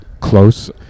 close